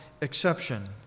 exception